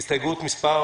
הסתייגות מס'